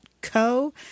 co